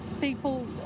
people